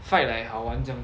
fight like 好玩这样